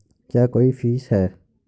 क्या कोई फीस है?